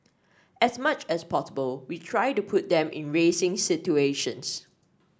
as much as possible we try to put them in racing situations